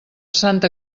santa